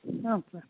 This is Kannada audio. ಹಾಂ ಸರ್